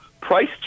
price